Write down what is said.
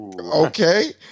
Okay